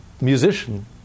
musician